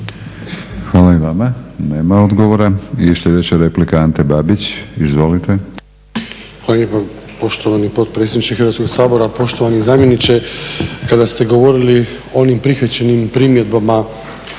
Hvala i vama. Nema odgovora. Još sljedeća replika Ante Babić. Izvolite. **Babić, Ante (HDZ)** Hvala lijepo poštovani potpredsjedniče Hrvatskoga sabora, poštovani zamjeniče. Kada ste govorili o onim prihvaćenim primjedbama